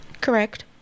correct